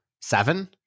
seven